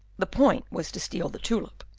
the point was to steal the tulip.